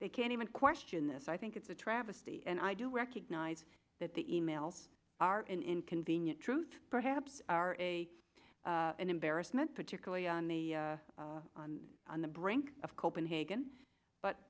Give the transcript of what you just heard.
they can't even question this i think it's a travesty and i do recognize that the e mails are an inconvenient truth perhaps are a an embarrassment particularly on the on the brink of copenhagen but